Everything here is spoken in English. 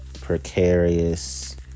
precarious